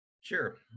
Sure